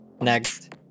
Next